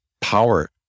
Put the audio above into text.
power